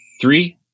Three